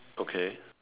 okay